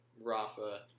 Rafa